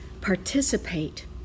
participate